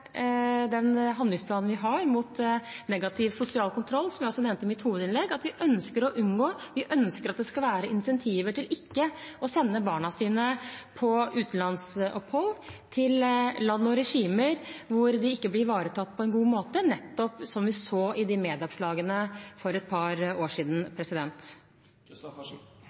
den handlingsplanen vi har mot negativ sosial kontroll, som jeg også nevnte i mitt hovedinnlegg. Vi ønsker at det skal være insentiver til ikke å sende barna på utenlandsopphold til land og regimer hvor de ikke blir ivaretatt på en god måte, nettopp slik vi så i medieoppslagene for et par år siden.